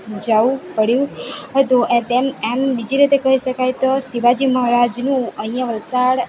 જાવું પડ્યું હતું એ તેમ એમ બીજી રીતે કઈ શકાય તો શિવાજી મહારાજાનું અહીંયા વલસાડ